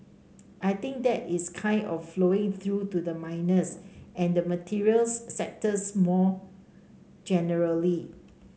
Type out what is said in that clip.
I think that is kind of flowing through to the miners and the materials sectors more generally